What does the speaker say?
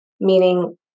Meaning